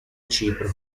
cipro